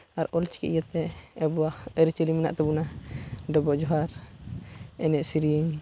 ᱟᱨ ᱚᱞᱪᱤᱠᱤ ᱤᱭᱟᱹᱛᱮ ᱟᱵᱚᱣᱟᱜ ᱟᱹᱨᱤᱪᱟᱹᱞᱤ ᱢᱮᱱᱟᱜ ᱛᱟᱵᱚᱱᱟ ᱰᱚᱵᱚᱜ ᱡᱚᱸᱦᱟᱨ ᱮᱱᱮᱡ ᱥᱮᱨᱮᱧ